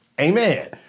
amen